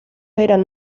eran